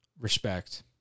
Respect